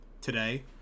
today